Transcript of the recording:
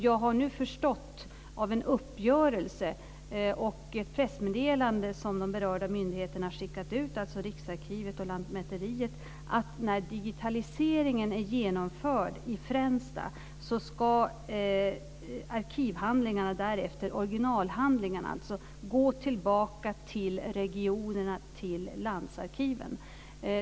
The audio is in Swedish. Jag har nu förstått av en uppgörelse och ett pressmeddelande som de berörda myndigheterna, alltså Riksarkivet och Lantmäteriet, har skickat ut att originalhandlingarna ska gå tillbaka till regionerna och till landsarkiven när digitaliseringen är genomförd i Fränsta.